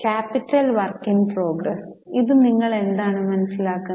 capital work in progress ഇത് നിങ്ങൾ എന്താണ് മനസ്സിലാക്കുന്നത്